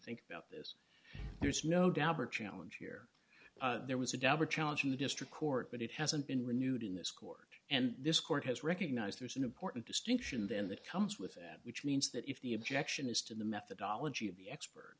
think about this there's no doubt or challenge here there was a dauber challenge in the district court but it hasn't been renewed in this court and this court has recognized there's an important distinction then that comes with that which means that if the objection is to the methodology of the expert